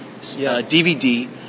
DVD